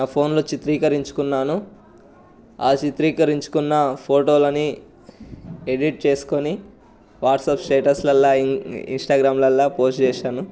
ఆ ఫోన్లో చిత్రీకరించుకున్నాను ఆ చిత్రీకరించుకున్న ఫోటోలని ఎడిట్ చేసుకొని వాట్సాప్ స్టేటస్లలో ఇంస్టాగ్రామ్లలో పోస్ట్ చేశాను